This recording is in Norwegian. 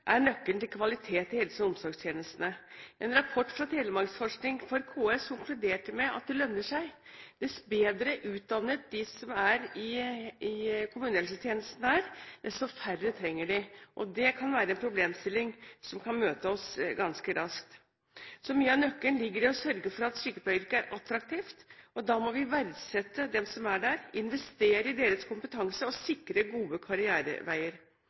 omsorgstjenestene. En rapport fra Telemarksforskning for KS konkluderte med at det lønner seg: Desto bedre utdannet de som er i kommunehelsetjenesten, er, desto færre trenger de. Det kan være en problemstilling som kan møte oss ganske raskt. Så mye av nøkkelen ligger i å sørge for at sykepleieryrket er attraktivt, og da må vi verdsette dem som er der, investere i deres kompetanse og sikre gode karriereveier.